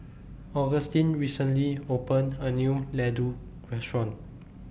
Augustin recently opened A New Laddu Restaurant